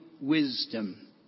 wisdom